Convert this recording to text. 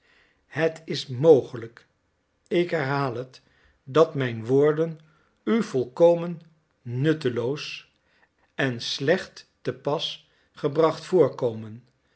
het is mogelijk ik herhaal het dat mijn woorden u volkomen nutteloos en slecht te pas gebracht voorkomen